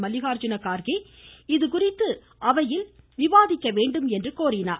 மல்லிகார்ஜுன கார்கே இதுகுறித்து அவையில் விவாதிக்க வேண்டும் என்று கோரினார்